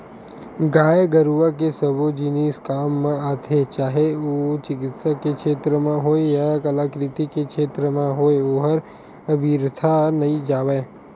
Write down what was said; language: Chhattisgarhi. गाय गरुवा के सबो जिनिस काम म आथे चाहे ओ चिकित्सा के छेत्र म होय या कलाकृति के क्षेत्र म होय ओहर अबिरथा नइ जावय